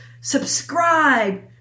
Subscribe